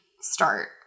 start